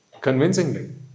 convincingly